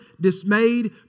dismayed